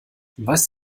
weiß